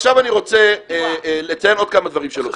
עכשיו אני רוצה לציין עוד כמה דברים שרציתי להעלות.